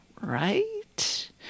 Right